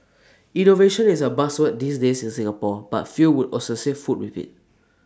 innovation is A buzzword these days in Singapore but few would associate food with IT